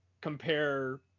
compare